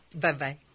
Bye-bye